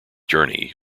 journey